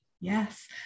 yes